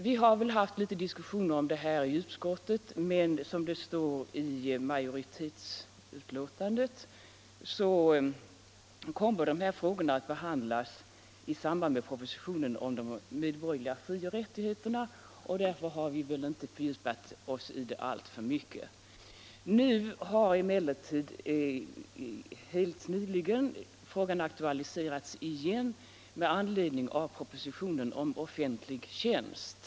Vi har haft litet diskussioner om detta i utskottet, men som det står — Granskningsarbei majoritetsskrivningen kommer de här frågorna att behandlas i samband = tets omfattning och med propositionen om de medborgerliga frioch rättigheterna. Därför — inriktning, m.m. har vi inte fördjupat oss i detta spörsmål alltför mycket. Nu har emellertid frågan helt nyligen aktualiserats igen med anledning av propositionen om offentlig tjänst.